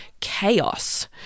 chaos